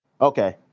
Okay